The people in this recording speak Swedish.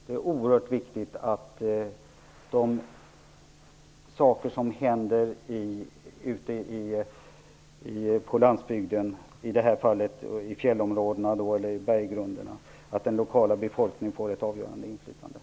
Det är oerhört viktigt att den lokala befolkningen får ett avgörande inflytande när det gäller vad som händer ute på landsbygden, i det här fallet fjällområdena och berggrunden där.